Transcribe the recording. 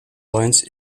lawrence